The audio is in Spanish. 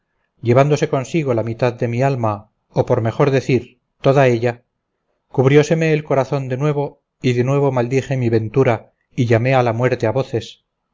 llevándose consigo la mitad de mi alma o por mejor decir toda ella cubrióseme el corazón de nuevo y de nuevo maldije mi ventura y llamé a la muerte a voces